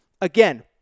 Again